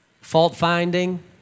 fault-finding